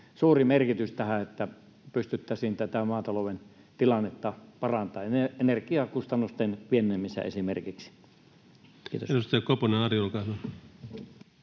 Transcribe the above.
suuri merkitys tälle, että pystyttäisiin tätä maatalouden tilannetta parantamaan, ja esimerkiksi energiakustannusten pienenemiselle. — Kiitos.